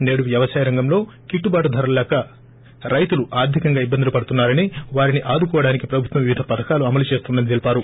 సేడు వ్యవసాయంలో గిట్టుబాటు ధరలు రాక వారు ఆర్దికంగా ఇబ్బందులు పడుతున్నారని వారిని ఆదుకోవడానికి ప్రభుత్వం వివిధ పథకాలు అమలు చేస్తుందని తెలిపారు